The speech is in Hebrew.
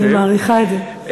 אני מעריכה את זה.